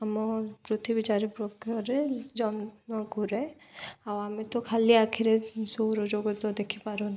ଆମ ପୃଥିବୀ ଚାରିପକ୍ଷରେ ଜହ୍ନ ଘରେ ଆଉ ଆମେ ତ ଖାଲି ଆଖିରେ ସୌର ଜଗତ ଦେଖିପାର